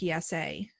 PSA